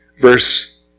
verse